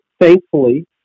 thankfully